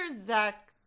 Zach